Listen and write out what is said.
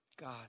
God